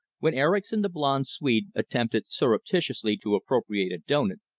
when erickson, the blonde swede, attempted surreptitiously to appropriate a doughnut,